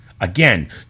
Again